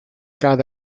cade